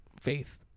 faith